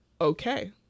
Okay